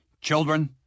children